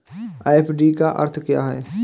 FD का अर्थ क्या है?